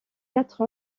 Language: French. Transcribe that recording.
quatre